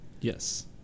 Yes